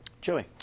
Joey